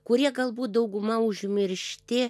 kurie galbūt dauguma užmiršti